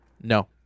No